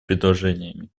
предложениями